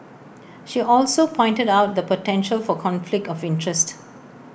she also pointed out the potential for conflict of interest